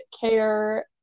care